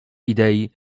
idei